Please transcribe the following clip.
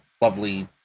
lovely